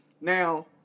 Now